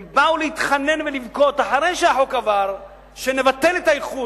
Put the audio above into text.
הם באו להתחנן ולבכות אחרי שהחוק עבר שנבטל את הפירוק,